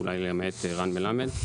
אולי למעט רן מלמד.